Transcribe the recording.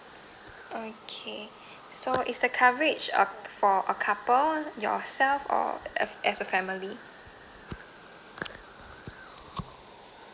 okay so is the coverage uh for a couple yourself or as a family